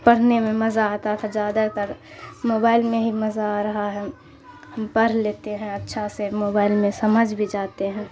پرھنے میں مزہ آتا تھا زیادہ تر موبائل میں ہی مزہ آ رہا ہے ہم پرھ لیتے ہیں اچھا سے موبائل میں سمجھ بھی جاتے ہیں